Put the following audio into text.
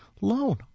loan